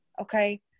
Okay